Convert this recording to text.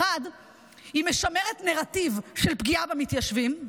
1. היא משמרת נרטיב של פגיעה במתיישבים,